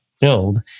build